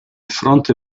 fronte